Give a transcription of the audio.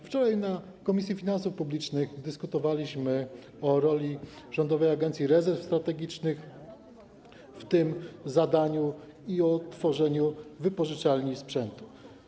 Wczoraj w Komisji Finansów Publicznych dyskutowaliśmy o roli Rządowej Agencji Rezerw Strategicznych w tym zadaniu i o tworzeniu wypożyczalni sprzętu.